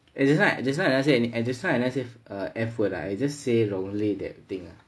and that's why that's why you ask me and at this time and as if a effort I just say wrongly that thing